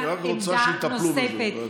היא רק רוצה שיטפלו בזה.